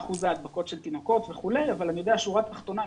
של תינוקות אבל אני יודע בשורה התחתונה,